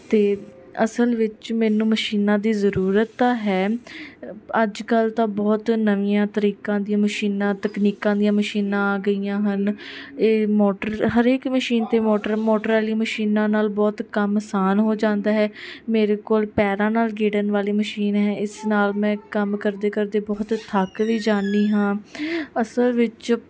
ਅਤੇ ਅਸਲ ਵਿੱਚ ਮੈਨੂੰ ਮਸ਼ੀਨਾਂ ਦੀ ਜ਼ਰੂਰਤ ਤਾਂ ਹੈ ਅੱਜ ਕੱਲ੍ਹ ਤਾਂ ਬਹੁਤ ਨਵੀਆਂ ਤਰੀਕਾਂ ਦੀਆਂ ਮਸ਼ੀਨਾਂ ਤਕਨੀਕਾਂ ਦੀਆਂ ਮਸ਼ੀਨਾਂ ਆ ਗਈਆਂ ਹਨ ਇਹ ਮੋਟਰ ਹਰੇਕ ਮਸ਼ੀਨ 'ਤੇ ਮੋਟਰ ਮੋਟਰ ਵਾਲੀਆਂ ਮਸ਼ੀਨਾਂ ਨਾਲ ਬਹੁਤ ਕੰਮ ਅਸਾਨ ਹੋ ਜਾਂਦਾ ਹੈ ਮੇਰੇ ਕੋਲ ਪੈਰਾਂ ਨਾਲ ਗੇੜਨ ਵਾਲੀ ਮਸ਼ੀਨ ਹੈ ਇਸ ਨਾਲ ਮੈਂ ਕੰਮ ਕਰਦੇ ਕਰਦੇ ਬਹੁਤ ਥੱਕ ਵੀ ਜਾਂਦੀ ਹਾਂ ਅਸਲ ਵਿੱਚ